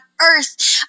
earth